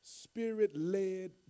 spirit-led